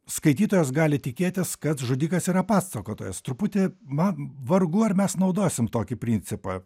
skaitytojas gali tikėtis kad žudikas yra pasakotojas truputį man vargu ar mes naudosim tokį principą